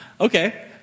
Okay